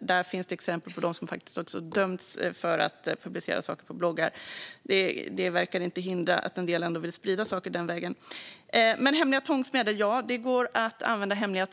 Det finns också exempel på att människor dömts för att ha publicerat saker på bloggar. Det verkar inte hindra att en del ändå vill sprida saker den vägen. Hemliga tvångsmedel går att använda, ja.